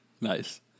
Nice